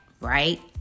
right